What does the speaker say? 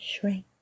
shrink